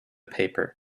paper